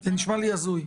זה נשמע לי הזוי.